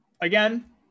again